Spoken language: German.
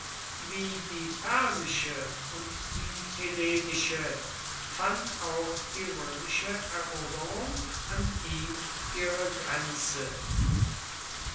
wie die persische und die hellenische fand auch die römische eroberung an ihm ihre grenze